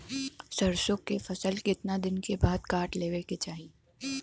सरसो के फसल कितना दिन के बाद काट लेवे के चाही?